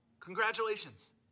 Congratulations